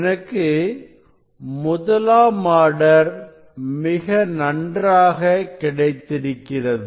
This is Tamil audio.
எனக்கு முதலாம் ஆர்டர் மிக நன்றாக கிடைத்திருக்கிறது